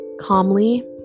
calmly